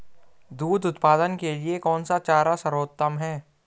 दूध उत्पादन के लिए कौन सा चारा सर्वोत्तम है?